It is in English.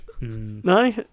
No